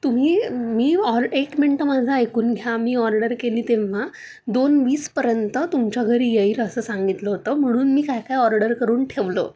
तुम्ही मी ऑर एक मिनिटं माझं ऐकून घ्या मी ऑर्डर केली तेव्हा दोन वीसपर्यंत तुमच्या घरी येईल असं सांगितलं होतं म्हणून मी काय काय ऑर्डर करून ठेवलं